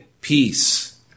peace